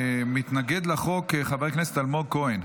מתנגד לחוק חבר הכנסת אלמוג כהן.